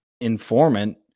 informant